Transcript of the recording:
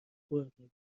خوردیم